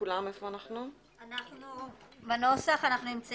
אנחנו בעמ'